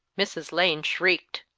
mrs. lane shrieked.